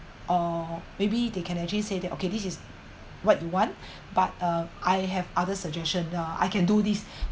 or maybe they can actually say that okay this is what you want but uh I have other suggestion uh I can do this